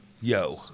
Yo